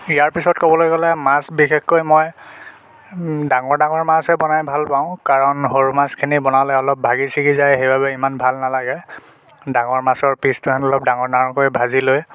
ইয়াৰ পিছত ক'বলৈ গ'লে মাছ বিশেষকৈ মই ডাঙৰ ডাঙৰ মাছহে বনাই ভালপাওঁ কাৰণ সৰু মাছখিনি বনালে অলপ ভাগি ছিগি যায় সেইবাবে সিমান ভাল নালাগে ডাঙৰ মাছৰ পিচটোহঁত অলপ ডাঙৰ ডাঙৰকৈ ভাজি লৈ